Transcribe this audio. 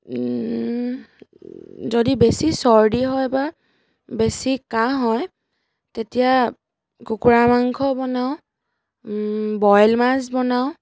যদি বেছি চৰ্দি হয় বা বেছি কাঁহ হয় তেতিয়া কুকুৰা মাংস বনাওঁ বইল মাছ বনাওঁ